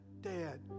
dad